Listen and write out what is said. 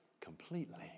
completely